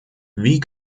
wie